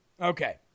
Okay